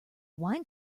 wine